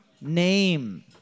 name